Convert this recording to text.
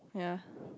ya